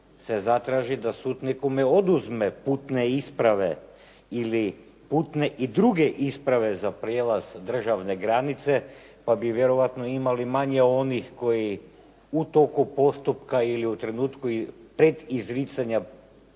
da sud nekome oduzme putne isprave ili putne i druge isprave za prijelaz državne granice pa bi vjerojatno imali manje onih koji u toku postupka ili u trenutku predizricanja sudske